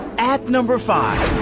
at number five.